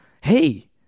hey